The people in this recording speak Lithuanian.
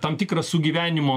tam tikras sugyvenimo